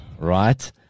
Right